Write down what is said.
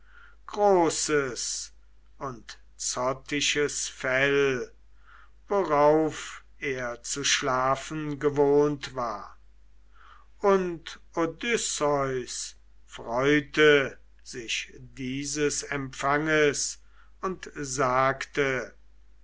großes und zottichtes fell worauf er zu schlafen gewohnt war und odysseus freute sich dieses empfanges und sagte